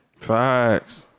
Facts